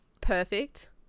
perfect